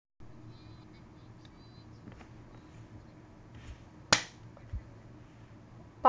par~